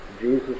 Jesus